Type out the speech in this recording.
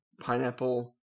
pineapple